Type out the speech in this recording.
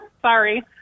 sorry